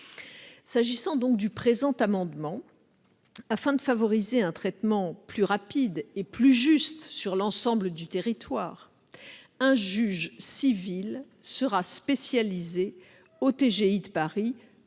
S'agissant donc du présent amendement, afin de favoriser un traitement plus rapide et plus juste sur l'ensemble du territoire, un juge civil sera spécialisé au tribunal